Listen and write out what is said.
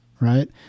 right